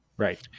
Right